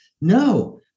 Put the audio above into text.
No